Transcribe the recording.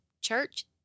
church